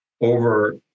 over